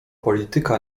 polityka